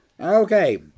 Okay